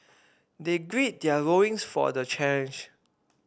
they grid their loins for the challenge